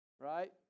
right